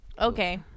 Okay